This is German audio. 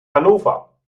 hannover